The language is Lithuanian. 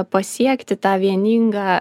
pasiekti tą vieningą